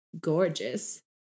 gorgeous